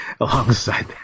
alongside